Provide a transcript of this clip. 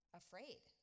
afraid